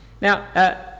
Now